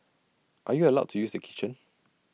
are you allowed to use the kitchen